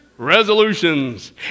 resolutions